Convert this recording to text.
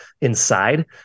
inside